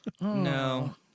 No